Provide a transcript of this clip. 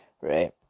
right